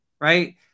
right